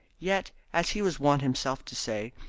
yet, as he was wont himself to say,